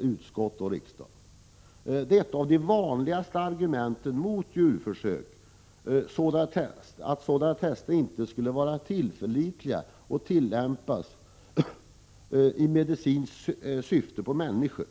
utskott och riksdag. Ett av de vanligaste argumenten mot djurförsök är att sådana tester inte skulle vara tillförlitliga när det gäller produkter som i medicinskt syfte skall användas av människor.